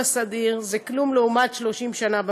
בסדיר זה כלום לעומת 30 שנה במילואים.